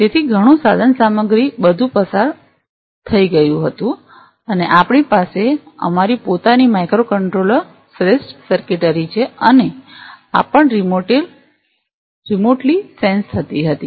તેથી ઘણું સાધનસામગ્રીબધું પસાર થઈ ગયું હતું અને આપણી પાસે અમારી પોતાની માઇક્રો કંટ્રોલર શ્રેષ્ઠ સર્કિટરી છે અને આ પણ રિમોટલિ સેન્સ થતી હતી